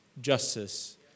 justice